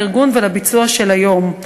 לארגון ולביצוע של היום.